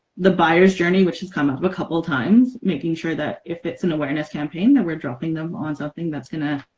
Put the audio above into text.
the buyers journey which has come up a couple of times. making sure that if it's an awareness campaign that we're dropping them on something that's gonna